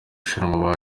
rushanwa